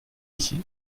ich